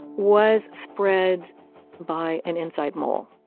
was spread by an inside mole.